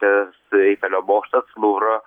tas eifelio bokštas luvro